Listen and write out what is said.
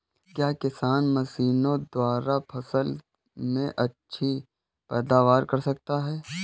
क्या किसान मशीनों द्वारा फसल में अच्छी पैदावार कर सकता है?